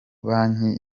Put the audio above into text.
banki